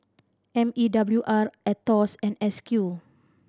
M E W R Aetos and S Q